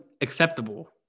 acceptable